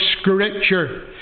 scripture